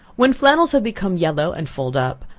when flannels have become yellow and fulled up,